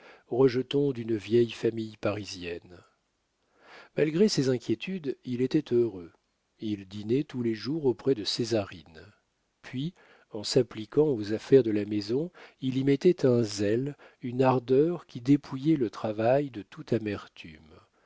rejeton d'une vieille famille parisienne malgré ses doutes ses inquiétudes il était heureux il dînait tous les jours auprès de césarine puis en s'appliquant aux affaires de la maison il y mettait un zèle une ardeur qui dépouillait le travail de toute amertume